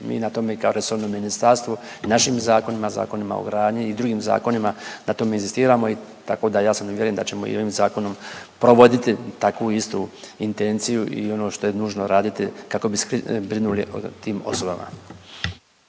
mi na tome kao resorno ministarstvo, našim zakonima, zakonima o gradnji i drugim zakonima, na tome inzistiramo i tako da ja sam uvjeren da ćemo i ovim zakonom provoditi takvu istu intenciju i ono što je nužno raditi kako bi brinuli o tim osobama.